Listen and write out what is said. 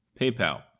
PayPal